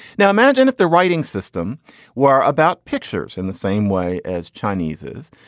now imagine if the writing system were about pictures in the same way as chineses.